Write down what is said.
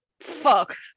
Fuck